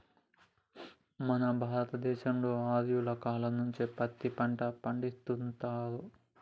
మన భారత దేశంలో ఆర్యుల కాలం నుంచే పత్తి పంట పండిత్తుర్రు